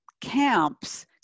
camps